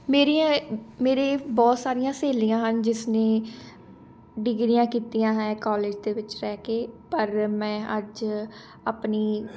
ਮੇਰੀਆਂ ਮੇਰੀ ਬਹੁਤ ਸਾਰੀਆਂ ਸਹੇਲੀਆਂ ਹਨ ਜਿਸਨੇ ਡਿਗਰੀਆਂ ਕੀਤੀਆਂ ਹੈ ਕੋਲੇਜ ਦੇ ਵਿੱਚ ਰਹਿ ਕੇ ਪਰ ਮੈਂ ਅੱਜ ਆਪਣੀ